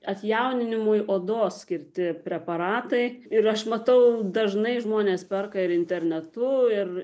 atjauninimui odos skirti preparatai ir aš matau dažnai žmonės perka ir internetu ir